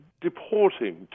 deporting